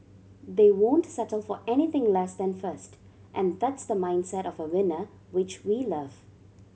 they won't settle for anything less than first and that's the mindset of a winner which we love